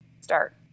start